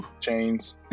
chains